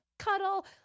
cuddle